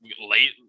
late